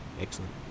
Excellent